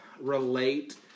Relate